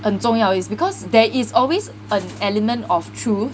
很重要 is because there is always an element of truth